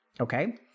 okay